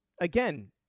again